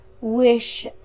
wish